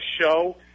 show